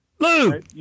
Lou